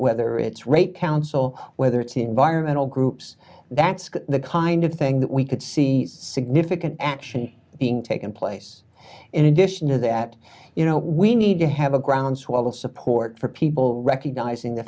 whether it's rape council whether it's environmental groups that's the kind of thing that we could see significant action being taken place in addition to that you know we need to have a groundswell of support for people recognizing the